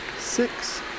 six